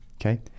okay